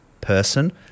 person